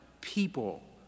people